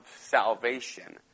salvation